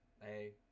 Hey